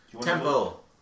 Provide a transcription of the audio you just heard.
Temple